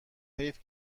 حیف